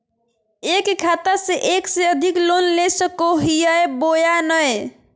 एक खाता से एक से अधिक लोन ले सको हियय बोया नय?